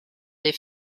des